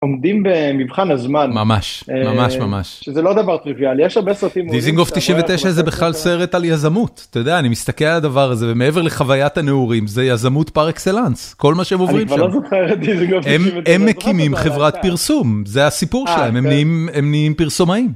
עומדים במבחן הזמן -ממש. ממש-ממש. -שזה לא דבר טריוויאלי. יש הרבה סרטים -דיזינגוף 99 זה בכלל סרט על יזמות, אתה יודע, אני מסתכל על הדבר הזה ומעבר לחוויית הנעורים זה יזמות פר-אקסלנס, כל מה שהם עוברים שם, -אני כבר לא זוכר את דיזינגוף 99 -הם מקימים חברת פרסום זה הסיפור שלהם, הם נהיים פרסומאים.